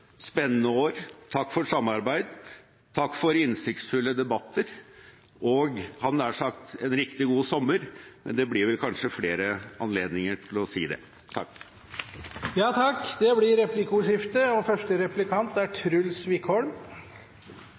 spennende år. Takk for samarbeid, takk for innsiktsfulle debatter, og jeg hadde nær sagt en riktig god sommer! Men det blir kanskje flere anledninger til å si det. Det blir replikkordskifte. Dette er jo, som representanten selv sa, en prøve på disse fire årene, og